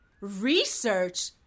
Research